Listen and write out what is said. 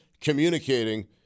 communicating